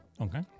Okay